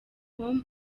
com